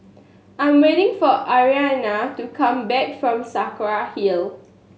I am waiting for Adrianna to come back from Saraca Hill